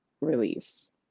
release